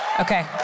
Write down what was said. Okay